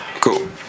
Cool